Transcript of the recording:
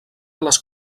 les